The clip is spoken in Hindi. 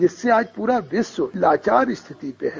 जिससे आज पूरा विश्व लाचार स्थिति पर है